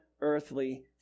earthly